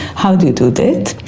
how do you do that?